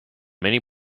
many